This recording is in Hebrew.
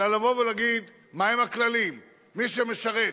אלא לומר מהם הכללים: מי שמשרת,